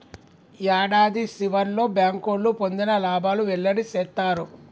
యాడాది సివర్లో బ్యాంకోళ్లు పొందిన లాబాలు వెల్లడి సేత్తారు